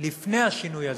לפני השינוי הזה: